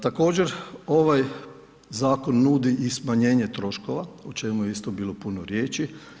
Također ovaj zakon nudi i smanjenje troškova o čemu je bilo isto puno riječi.